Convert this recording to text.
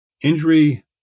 injury